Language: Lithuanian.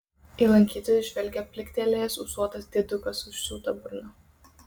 į lankytojus žvelgia pliktelėjęs ūsuotas diedukas užsiūta burna